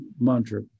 mantra